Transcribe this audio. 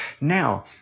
Now